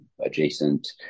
adjacent